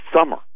summer